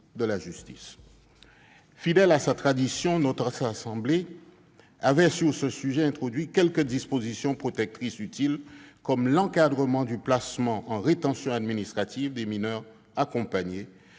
Fidèle à sa tradition, notre Haute Assemblée avait sur ce sujet introduit quelques dispositions protectrices utiles, comme l'encadrement du placement en rétention administrative des mineurs accompagnés